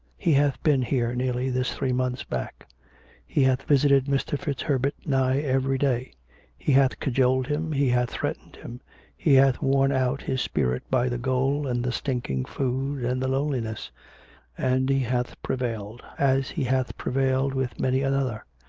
he hath been here nearly this three months back he hath visited mr. fitzherbert nigh every day he hath cajoled him, he hath threatened him he hath worn out his spirit by the gaol and the stinking food and the lone liness and he hath prevailed, as he hath prevailed with many another.